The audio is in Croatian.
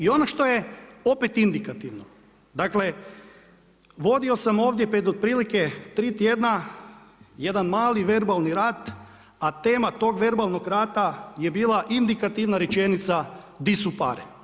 I ono što je opet indikativno, dakle vodio sam ovdje pred otprilike 3 tjedna jedan mali verbalni rata a tema tog verbalog rata je bila indikativna rečenica „Di su pare?